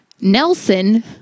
Nelson